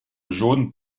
jaune